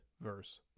verse